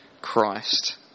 Christ